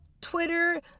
Twitter